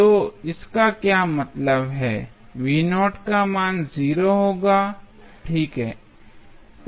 तो इसका क्या मतलब है का मान 0 होगा ठीक है